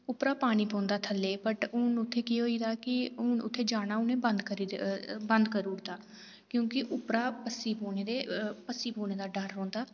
उप्परा पानी पौंदा थल्ले ई बट हून केह् होई दा की हून उत्थें जाना उनें बंद करी ओड़े दा क्योंकि उप्परा पस्सी पौने दा डर रौंह्दा